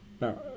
Now